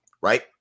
right